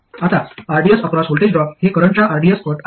आता rds across voltage drop हे करंटच्या rds पट आहे